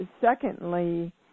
secondly